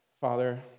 Father